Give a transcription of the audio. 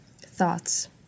thoughts